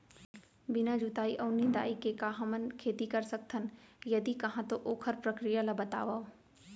बिना जुताई अऊ निंदाई के का हमन खेती कर सकथन, यदि कहाँ तो ओखर प्रक्रिया ला बतावव?